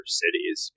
cities